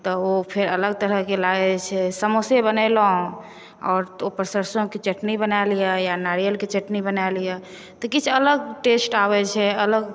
ओ फेर अलग तरहके लागय छै समोसे बनेलहुँ आओर ओहिपर सरिसोंके चटनी बना लिअ या नारियलके चटनी बना लिअ तऽ किछु अलग टेस्ट आबै छै अलग